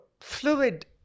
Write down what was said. fluid